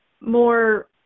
more